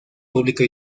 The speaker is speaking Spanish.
público